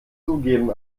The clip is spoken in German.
zugeben